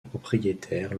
propriétaires